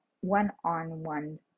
one-on-one